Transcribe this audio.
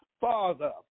father